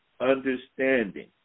Understanding